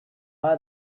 are